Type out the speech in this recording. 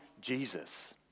Jesus